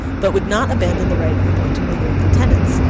but would not abandon the right of appointing the lord lieutenants,